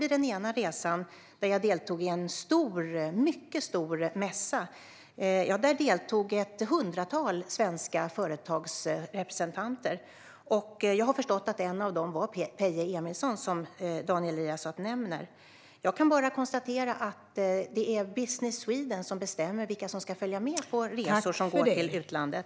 Vid den ena resan, då jag deltog i en mycket stor mässa, deltog ett hundratal svenska företagsrepresentanter. Jag har förstått att en av dem var Peje Emilsson, som Daniel Riazat nämner. Jag kan bara konstatera att det är Business Sweden som bestämmer vilka som ska följa med på resor som går till utlandet.